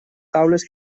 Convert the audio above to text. taules